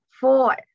four